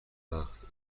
وقت